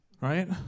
Right